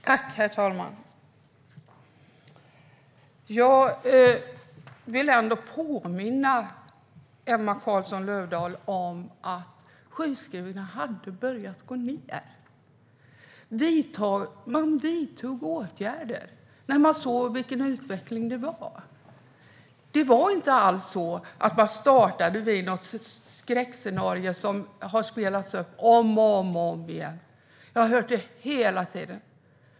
Herr talman! Jag vill påminna Emma Carlsson Löfdahl om att sjukskrivningarna hade börjat gå ned. Man vidtog åtgärder när man såg vilken utveckling det var. Det var inte alls så att man startade vid något skräckscenario så som det har spelats upp om och om igen. Jag har hört det hela tiden.